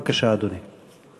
בבקשה, אדוני.